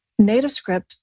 NativeScript